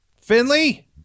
Finley